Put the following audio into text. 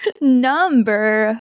Number